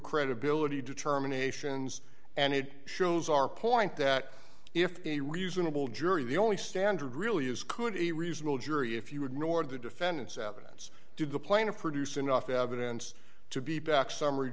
credibility determinations and it shows our point that if a reasonable jury the only standard really is could a reasonable jury if you ignore the defendant's evidence to the plaintiff produced enough evidence to be back summary